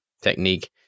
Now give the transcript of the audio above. technique